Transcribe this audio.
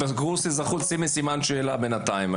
בקורס אזרחות שימי סימן שאלה בינתיים.